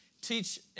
teach